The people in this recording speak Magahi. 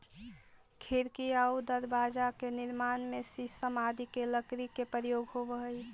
खिड़की आउ दरवाजा के निर्माण में शीशम आदि के लकड़ी के प्रयोग होवऽ हइ